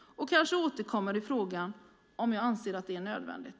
Jag kanske återkommer i frågan om jag anser att det är nödvändigt.